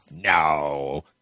No